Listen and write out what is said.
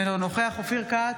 אינו נוכח אופיר כץ,